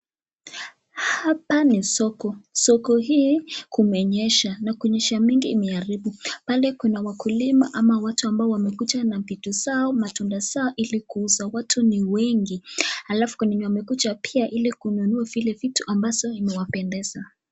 Hapa ni soko na soko hii kumenyesha na kunyesha mingi imeharibu . Pale kuna wakulima ama watu ambao wamekuja na vitu zao, matunda zao ili kuuza. Watu ni wengi alafu pia kluna wenye wamekuja kununua zile vitu ambazo zimewapendeza.